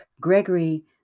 Gregory